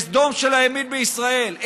בסדום של הימין בישראל,